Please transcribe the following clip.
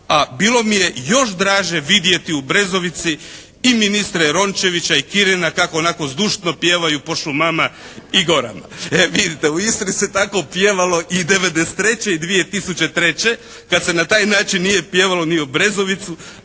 A bilo mi još draže vidjeti u Brezovici i ministre Rončevića i Kirina kako onako zdušno pjevaju "Po šumama i gorama". E vidite, u Istri se tako pjevalo i '93. i 2003. kad se na taj način nije pjevalo ni u Brezovici.